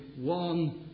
one